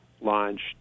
launched